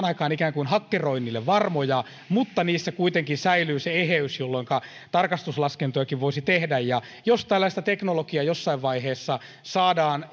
aikaan ikään kuin hakkeroinnille varmoja mutta niissä kuitenkin säilyy se eheys jolloinka tarkastuslaskentojakin voisi tehdä jos tällaista teknologiaa jossain vaiheessa saadaan